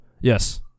Yes